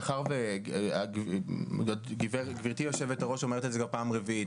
מאחר וגבירתי יושבת הראש אומרת את זה כבר פעם רביעית,